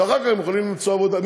ואחר כך הם יכולים למצוא עבודה.